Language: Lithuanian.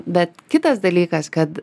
bet kitas dalykas kad